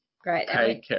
Great